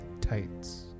Tights